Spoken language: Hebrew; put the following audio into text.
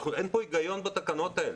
אין פה היגיון בתקנות האלה,